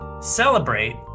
celebrate